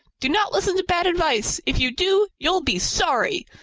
do not listen to bad advice. if you do, you'll be sorry!